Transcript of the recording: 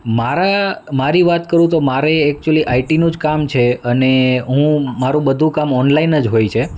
મારા મારી વાત કરું તો મારે એક્ચુલી આઇટીનું જ કામ છે અને હું મારું બધું કામ ઓનલાઈન જ હોય છે